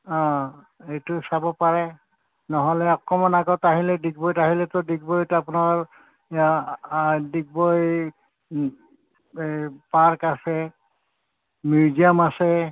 এইটো চাব পাৰে নহ'লে অকমান আগত আহিলে ডিগবৈত আহিলেতো ডিগবৈত আপোনাৰ ডিগবৈ পাৰ্ক আছে মিউজিয়াম আছে